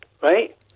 right